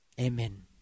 Amen